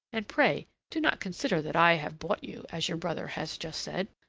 and pray do not consider that i have bought you, as your brother has just said.